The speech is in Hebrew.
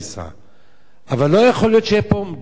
אבל לא יכול להיות שתהיה פה מדיניות של איפה ואיפה,